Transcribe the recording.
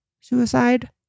suicide